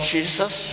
Jesus